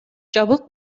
жабык